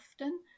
often